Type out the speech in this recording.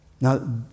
Now